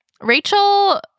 Rachel